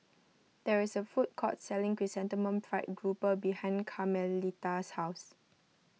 there is a food court selling Chrysanthemum Fried Grouper behind Carmelita's house